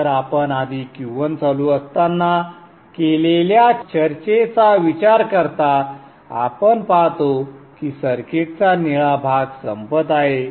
तर आपण आधी Q1 चालू असताना केलेल्या चर्चेचा विचार करता आपण पाहतो की सर्किटचा निळा भाग संपत आहे